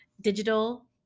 digital